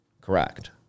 correct